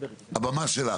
הבמה שלך.